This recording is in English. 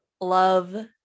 love